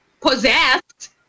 possessed